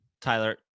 Tyler